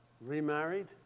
remarried